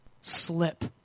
slip